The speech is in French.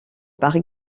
par